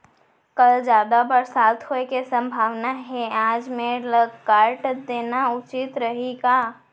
कल जादा बरसात होये के सम्भावना हे, आज मेड़ ल काट देना उचित रही का?